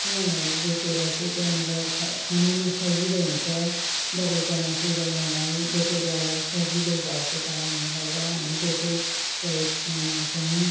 मलहरू बोकेर चाहिँ त्यहाँनिर ख खनाउन सजिलो हुन्छ बगैँचामा पुऱ्याउनलाई डोकोद्वारा सजिलो भएको कारणले गर्दा हामी डोको प्रयोगमा ल्याउँछौँ